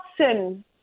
sin